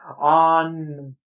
on